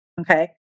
Okay